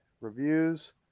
Reviews